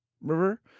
river